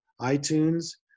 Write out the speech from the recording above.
iTunes